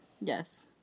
Yes